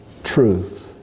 Truth